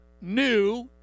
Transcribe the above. New